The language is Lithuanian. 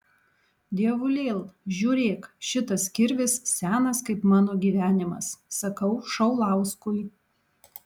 dievulėl žiūrėk šitas kirvis senas kaip mano gyvenimas sakau šaulauskui